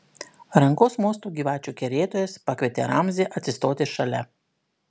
rankos mostu gyvačių kerėtojas pakvietė ramzį atsistoti šalia